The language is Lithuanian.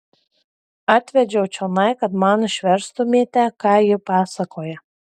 atvedžiau čionai kad man išverstumėte ką ji pasakoja